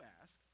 ask